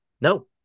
no